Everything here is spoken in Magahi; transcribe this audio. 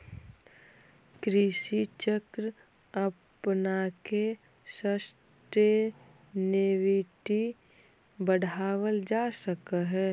कृषि चक्र अपनाके सस्टेनेबिलिटी बढ़ावल जा सकऽ हइ